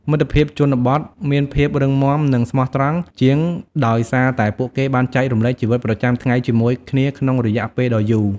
មិត្តភាពជនបទមានភាពរឹងមាំនិងស្មោះត្រង់ជាងដោយសារតែពួកគេបានចែករំលែកជីវិតប្រចាំថ្ងៃជាមួយគ្នាក្នុងរយៈពេលដ៏យូរ។